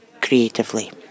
creatively